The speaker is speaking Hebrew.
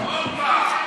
הופה.